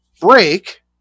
break